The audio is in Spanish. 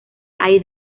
hay